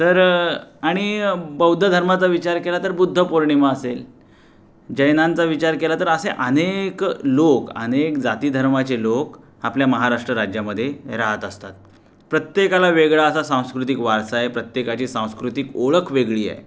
तर आणि बौद्ध धर्माचा विचार केला तर बुद्धपौर्णिमा असेल जैनांचा विचार केला तर असे अनेक लोक अनेक जाती धर्माचे लोक आपल्या महाराष्ट्र राज्यामध्ये राहत असतात प्रत्येकाला वेगळा असा सांस्कृतिक वारसा आहे प्रत्येकाची सांस्कृतिक ओळख वेगळी आहे